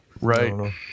right